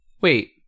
Wait